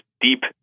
deep